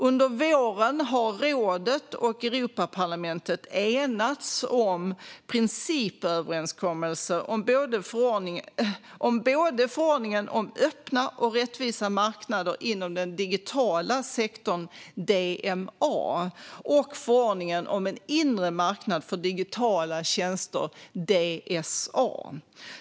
Under våren har rådet och Europaparlamentet enats om principöverenskommelser om både förordningen om öppna och rättvisa marknader inom den digitala sektorn, DMA, och förordningen om en inre marknad för digitala tjänster, DSA.